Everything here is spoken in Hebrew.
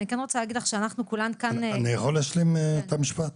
אני כן רוצה להגיד לך שאנחנו כולם כאן --- אני יכול להשלים את המשפט?